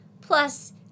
Plus